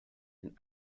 den